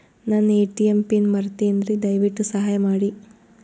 ನನ್ನ ATM PIN ಮರೆತೇನ್ರೀ, ದಯವಿಟ್ಟು ಸಹಾಯ ಮಾಡ್ರಿ